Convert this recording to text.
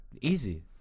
Easy